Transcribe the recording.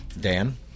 Dan